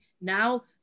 Now